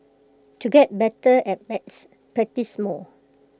to get better at maths practise more